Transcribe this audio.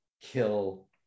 kill